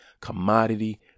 commodity